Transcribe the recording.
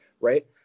right